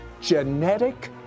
genetic